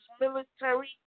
military